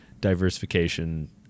diversification